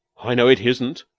i know it hisn't.